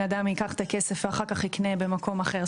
אדם ייקח את הכסף ואחר כך יקנה במקום אחר?